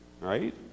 right